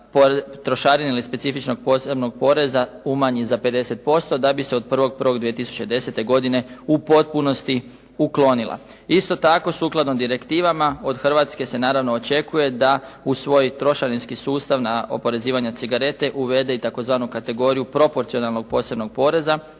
trošarine ili specifičnog posebnog poreza umanji za 50% da bi se od 1.1.2010. godine u potpunosti uklonila. Isto tako sukladno direktivama od Hrvatske se naravno očekuje da u svoj trošarinski sustav na oporezivanje cigarete uvede i tzv. kategoriju proporcionalnog posebnog poreza